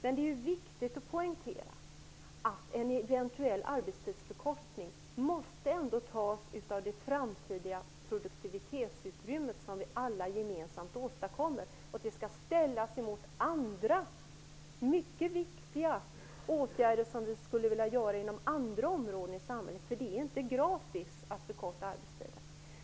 Men det är viktigt att poängtera att en eventuell arbetstidsförkortning måste tas av det framtida produktivitetsutrymmet som vi alla gemensamt åstadkommer. Det skall dessutom ställas mot andra mycket viktiga åtgärder som vi skulle vilja vidta inom andra områden i samhället. Det är nämligen inte gratis att förkorta arbetstiden.